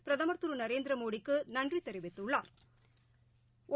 பிரதமர் திருநரேந்திரமோடிக்குநன்றிதெரிவித்துள்ளாா்